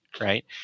right